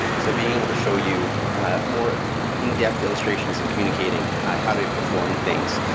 so being able to show you more in-depth illustrations and communicating how do you perform things.